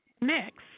next